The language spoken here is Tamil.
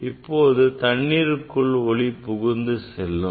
இப்போது தண்ணீருக்குள் ஒளி புகுந்து செல்லும்